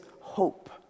hope